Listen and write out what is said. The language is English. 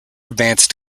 advanced